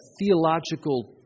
theological